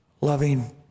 loving